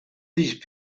these